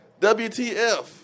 WTF